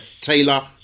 Taylor